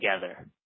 together